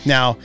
Now